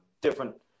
different